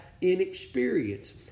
Inexperience